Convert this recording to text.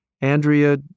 Andrea